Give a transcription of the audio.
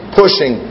pushing